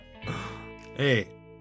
Hey